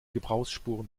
gebrauchsspuren